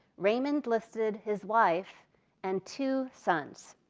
raymond listed his wife and two sons.